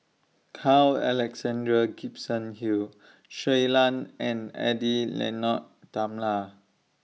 Carl Alexander Gibson Hill Shui Lan and Edwy Lyonet Talma